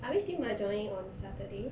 are we still mahjong-ing on saturday